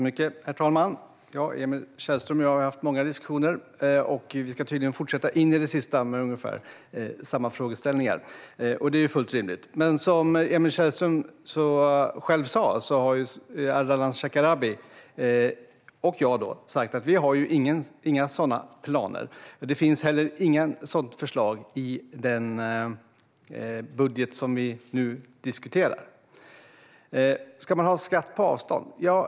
Herr talman! Emil Källström och jag har haft många diskussioner, och vi ska tydligen fortsätta in i det sista med ungefär samma frågeställningar. Det är fullt rimligt. Som Emil Källström själv sa har Ardalan Shekarabi och jag sagt att vi inte har några sådana planer. Det finns inte heller något sådant förslag i den budget som vi nu diskuterar. Ska man ha en skatt på avstånd?